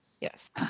Yes